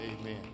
Amen